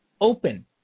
open